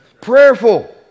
Prayerful